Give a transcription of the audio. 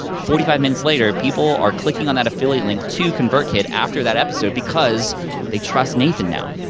forty five minutes later, people are clicking on that affliate link to convertkit after that episode, because they trust nathan now.